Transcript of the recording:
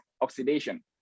oxidation